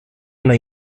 una